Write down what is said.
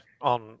on